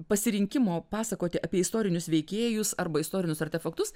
pasirinkimo pasakoti apie istorinius veikėjus arba istorinius artefaktus